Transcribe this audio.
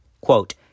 Quote